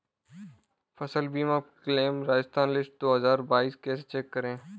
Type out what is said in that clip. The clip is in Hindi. फसल बीमा क्लेम राजस्थान लिस्ट दो हज़ार बाईस कैसे चेक करें?